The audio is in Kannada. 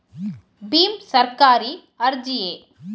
ಭೀಮ್ ಸರ್ಕಾರಿ ಅರ್ಜಿಯೇ?